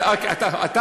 אני אחליט.